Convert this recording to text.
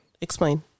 Explain